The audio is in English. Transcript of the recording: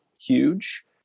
huge